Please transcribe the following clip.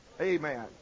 Amen